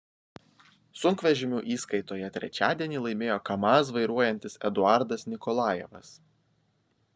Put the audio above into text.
sunkvežimių įskaitoje trečiadienį laimėjo kamaz vairuojantis eduardas nikolajevas